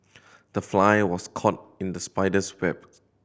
the fly was caught in the spider's web